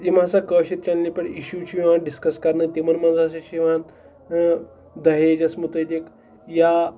یِم ہَسا کٲشِر چَنلہِ پٮ۪ٹھ اِشوٗ چھِ یِوان ڈِسکَس کَرنہٕ تِمَن منٛز ہَسا چھِ یِوان دہیجس مُتعلِق یا